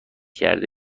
کرده